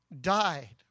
died